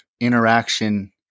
interaction